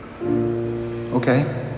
Okay